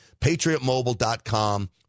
PatriotMobile.com